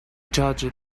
judge